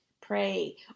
pray